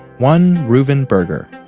one reuven berger.